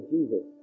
Jesus